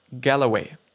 Galloway